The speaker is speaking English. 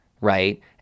right